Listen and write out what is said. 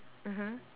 mmhmm